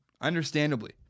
Understandably